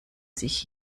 sich